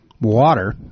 water